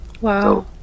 Wow